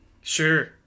Sure